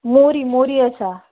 मोरी मोरी आसा